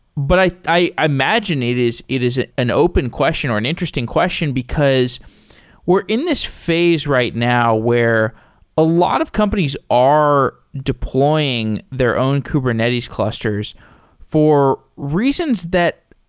but i i imagine it is it is an open question, or an interesting question because we're in this phase right now where a lot of companies are deploying their own kubernetes clusters for reasons that